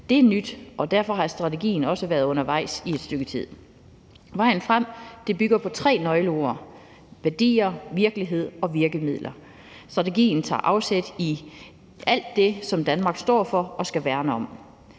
Det er nyt, og derfor har strategien også været undervejs i et stykke tid. Vejen frem bygger på tre nøgleord: værdier, virkelighed og virkemidler. Strategien tager afsæt i alt det, som Danmark står for og skal værne om: